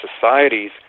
societies